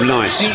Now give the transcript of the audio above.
nice